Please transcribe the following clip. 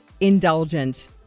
indulgent